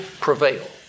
prevail